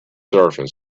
surface